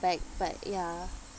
back but ya